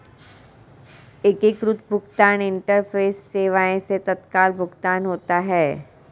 एकीकृत भुगतान इंटरफेस सेवाएं से तत्काल भुगतान होता है